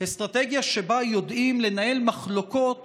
אסטרטגיה שבה יודעים לנהל מחלוקות